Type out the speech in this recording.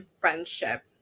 friendship